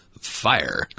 fire